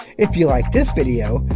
if you like this video,